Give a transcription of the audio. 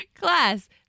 class